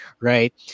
right